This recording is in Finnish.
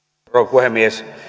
puhemies